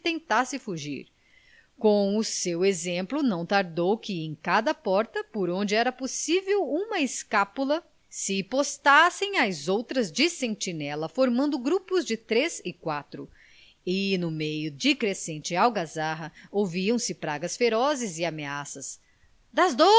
tentasse fugir com o seu exemplo não tardou que em cada porta onde era possível uma escapula se postassem as outras de sentinela formando grupos de três e quatro e no meio de crescente algazarra ouviam-se pragas ferozes e ameaças das